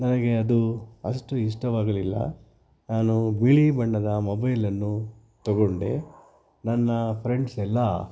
ನನಗೆ ಅದು ಅಷ್ಟು ಇಷ್ಟವಾಗಲಿಲ್ಲ ನಾನು ಬಿಳಿ ಬಣ್ಣದ ಮೊಬೈಲನ್ನು ತೊಗೊಂಡೆ ನನ್ನ ಫ್ರೆಂಡ್ಸ್ ಎಲ್ಲ